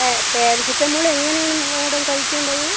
ആ പാരസെറ്റാമോള് എങ്ങനെയാണ് മാഡം കഴിക്കേണ്ടത്